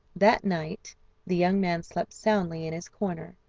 that night the young man slept soundly in his corner,